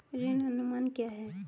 ऋण अनुमान क्या है?